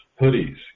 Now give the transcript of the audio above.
hoodies